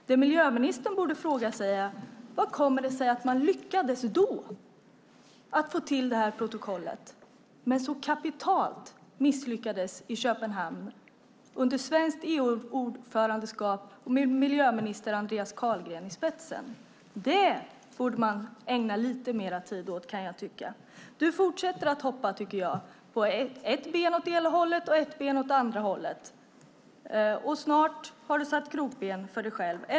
Vad miljöministern borde fråga sig är hur det kom sig att man lyckades då att få till protokollet men så kapitalt misslyckades i Köpenhamn under svenskt EU-ordförandeskap och med miljöminister Andreas Carlgren i spetsen. Det borde man ägna lite mer tid åt. Du fortsätter att hoppa på ett ben åt ena hållet och ett ben åt det andra hållet. Snart har du satt krokben för dig själv.